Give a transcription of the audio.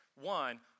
One